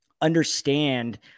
understand